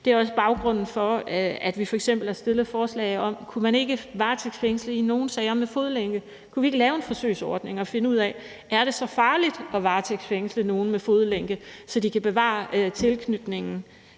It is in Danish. Det er også baggrunden for, at vi f.eks. har fremsat et forslag, hvor vi spørger, om ikke man kunne varetægtsfængsle med fodlænke i nogle sager, lave en forsøgsordning og finde ud af, om det er så farligt at varetægtsfængsle nogle med fodlænke, så de kan bevare tilknytningen